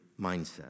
mindset